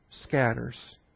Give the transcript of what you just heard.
scatters